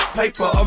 paper